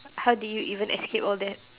how do you even escape all that